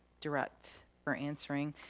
direct for answering.